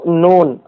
known